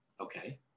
okay